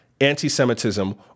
anti-Semitism